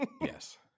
yes